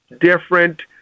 different